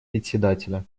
председателя